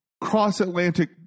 cross-Atlantic